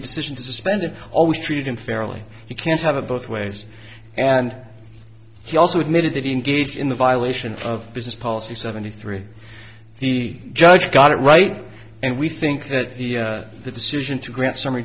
the decision to suspend him always treated unfairly you can't have it both ways and he also admitted that he engaged in the violation of business policy seventy three the judge got it right and we think that the decision to grant summ